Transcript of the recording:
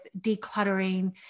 decluttering